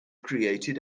created